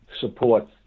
support